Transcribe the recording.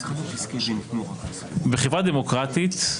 בחברה דמוקרטית,